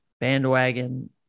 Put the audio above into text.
bandwagon